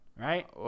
right